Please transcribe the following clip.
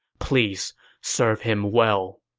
please serve him well.